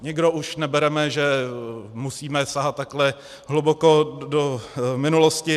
Nikdo už nebereme, že musíme sahat takhle hluboko do minulosti.